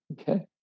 Okay